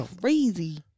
crazy